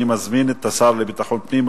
אני מזמין את השר לביטחון הפנים,